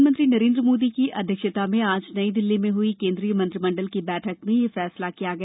प्रधानमंत्री नरेन्द्र मोदी की अध्यक्षता में आज नई दिल्ली में हुई केन्द्रीय मंत्रिमंडल की बैठक में यह फैसलों लिया गया